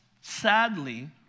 Sadly